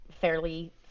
fairly